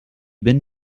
been